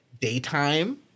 daytime